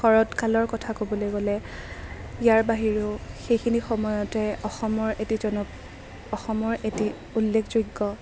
শৰৎকালৰ কথা ক'বলৈ গলে সেইখিনি সময়ত অসমৰ এটি জন অসমৰ এটি উল্লেখযোগ্য